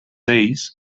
ells